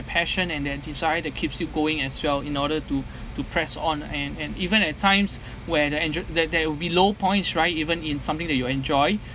passion and that desire that keeps you going as well in order to to press on and and even at times where the that that will be low points right even in something that you enjoy